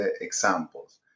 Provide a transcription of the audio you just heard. examples